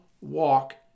walk